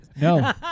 No